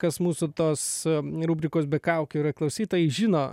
kas mūsų tos rubrikos be kaukių yra klausytojai žino